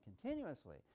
continuously